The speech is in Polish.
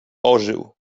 ożył